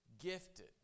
gifted